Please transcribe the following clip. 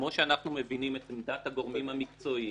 כמו שאנחנו מבינים את עמדת הגורמים המקצועיים,